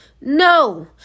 No